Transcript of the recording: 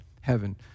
heaven